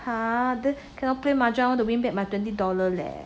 !huh! cannot play mahjong the win back my twenty dollar leh